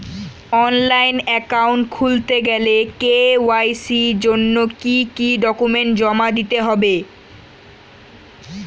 Online account খুলতে গেলে KYC জন্য কি কি ডকুমেন্ট জমা দিতে হবে?